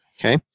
Okay